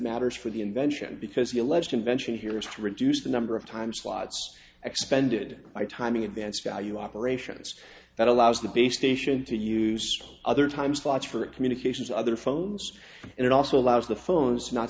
matters for the invention because the alleged invention here is to reduce the number of time slots expended by timing advance value operations that allows the base station to use other time slots for communications other phones and it also allows the phones not